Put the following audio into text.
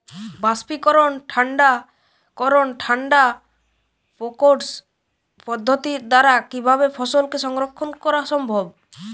বাষ্পীকরন ঠান্ডা করণ ঠান্ডা প্রকোষ্ঠ পদ্ধতির দ্বারা কিভাবে ফসলকে সংরক্ষণ করা সম্ভব?